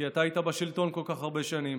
כי אתה היית בשלטון כל כך הרבה שנים.